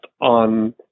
on